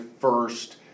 first